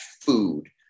food